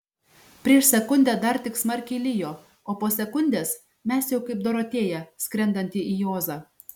prieš sekundę dar tik smarkiai lijo o po sekundės mes jau kaip dorotėja skrendanti į ozą